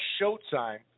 Showtime